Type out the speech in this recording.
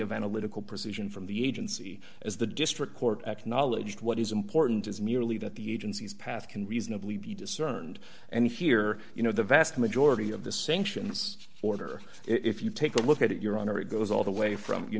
of analytical precision from the agency as the district court acknowledged what is important is merely that the agency's path can reasonably be discerned and here you know the vast majority of the sentients order if you take a look at it your honor it goes all the way from you